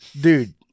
dude